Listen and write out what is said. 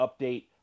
update